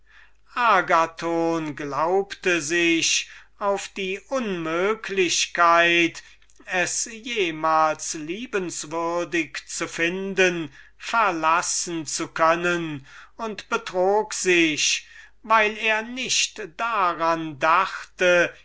agathon glaubte sich also auf die unmöglichkeit es jemals liebenswürdig zu finden verlassen zu können und betrog sich weil er nicht daran dachte